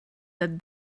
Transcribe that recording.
that